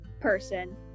person